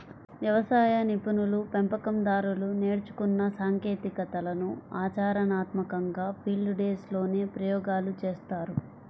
వ్యవసాయ నిపుణులు, పెంపకం దారులు నేర్చుకున్న సాంకేతికతలను ఆచరణాత్మకంగా ఫీల్డ్ డేస్ లోనే ప్రయోగాలు చేస్తారు